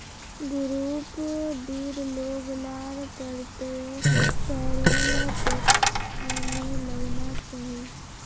group डीर लोग लार पर पेरोल टैक्स नी लगना चाहि